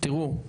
תראו,